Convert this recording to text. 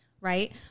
Right